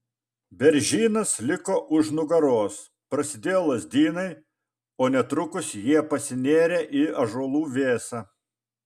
beržynas liko už nugaros prasidėjo lazdynai o netrukus jie pasinėrė į ąžuolų vėsą